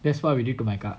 that's what we did to my car